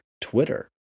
Twitter